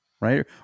Right